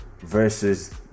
versus